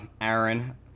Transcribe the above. Aaron